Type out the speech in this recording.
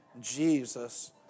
Jesus